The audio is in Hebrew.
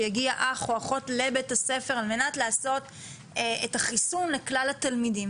שיגיעו אח או אחות לבית הספר על מנת לעשות את החיסון לכלל התלמידים,